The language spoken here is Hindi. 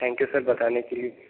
थैंक यू सर बताने के लिए